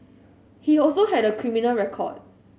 he also had a criminal record